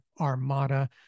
armada